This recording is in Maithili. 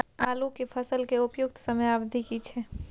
आलू के फसल के उपयुक्त समयावधि की छै?